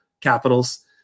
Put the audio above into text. capitals